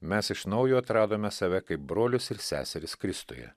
mes iš naujo atradome save kaip brolius ir seseris kristuje